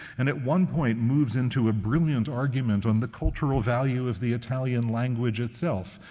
and at one point, moves into a brilliant argument on the cultural value of the italian language itself,